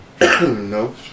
No